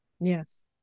Yes